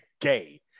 gay